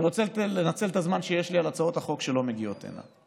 אני רוצה לנצל את הזמן שיש לי להצעות החוק שלא מגיעות הנה.